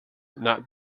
not